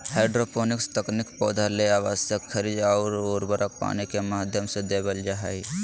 hydroponics तकनीक पौधा ले आवश्यक खनिज अउर उर्वरक पानी के माध्यम से देवल जा हई